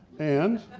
and